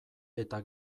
eta